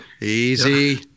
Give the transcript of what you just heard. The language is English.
easy